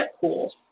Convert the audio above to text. cool